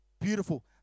beautiful